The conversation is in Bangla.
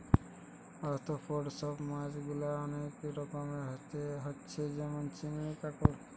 আর্থ্রোপড সব মাছ গুলা অনেক রকমের হচ্ছে যেমন চিংড়ি, কাঁকড়া